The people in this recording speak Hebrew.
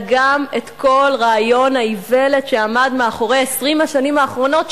גם את כל רעיון האיוולת שעמדה מאחורי 20 השנים האחרונות,